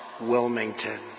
Wilmington